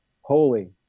holy